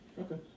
Okay